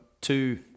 two